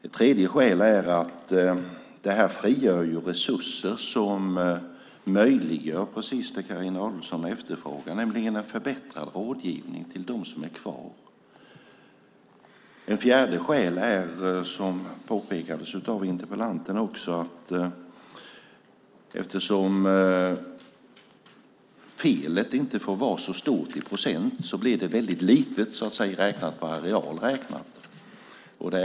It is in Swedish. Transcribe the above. Ett tredje skäl är att detta frigör resurser som möjliggör precis det Carina Adolfsson efterfrågar, nämligen en förbättrad rådgivning till dem som är kvar. Ett fjärde skäl är - som också interpellanten påpekade - att felet inte får vara så stort procentuellt sett. Då blir det lite i areal räknat.